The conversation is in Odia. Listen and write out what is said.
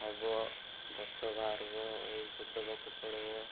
ହବ ଗଛ ବାହାରିବ ଔଷଧ ଦେବାକୁ ପଡ଼ିବ